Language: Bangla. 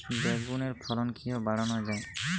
বেগুনের ফলন কিভাবে বাড়ানো যায়?